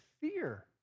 fear